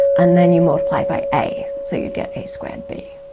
and then you multiply by a, so you'd get a squared b,